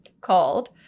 called